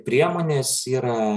priemonės yra